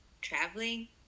traveling